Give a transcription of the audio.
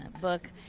book